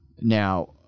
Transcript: Now